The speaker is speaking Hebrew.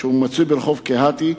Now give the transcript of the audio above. ברחוב קהתי,